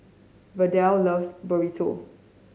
Verdell loves Burrito